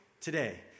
today